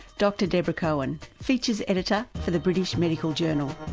dr deborah cohen, features editor for the british medical journal,